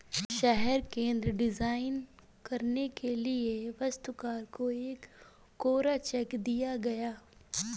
शहर केंद्र डिजाइन करने के लिए वास्तुकार को एक कोरा चेक दिया गया